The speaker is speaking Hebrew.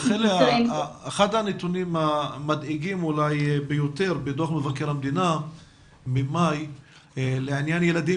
אחד הנתונים המדאיגים ביותר בדוח מבקר המדינה ממאי לעניין ילדים